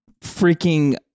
freaking